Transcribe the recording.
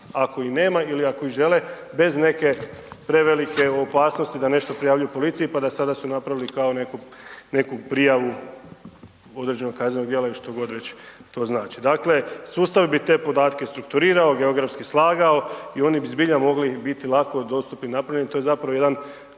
Ako i nema ili ako i žele bez neke prevelike opasnosti da nešto prijavljuje policiji, pa da sada su napravili kao neku prijavu određenog kaznenog dijela ili što god već to znači. Dakle, sustav bi te podatke strukturirao, geografski slagao i oni bi zbilja mogli biti lako dostupni napravljeni. To je zapravo jedan